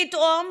פתאום